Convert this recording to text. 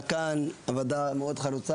החרוצה,